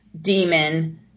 demon